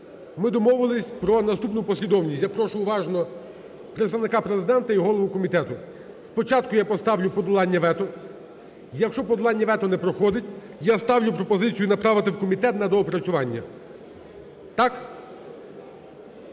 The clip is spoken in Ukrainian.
ми домовились про наступну послідовність. Я прошу уважно Представника Президента і голову комітету. Спочатку я поставлю подолання вето. Якщо подолання вето не проходить, я ставлю пропозицію направити в комітет на доопрацювання. Так?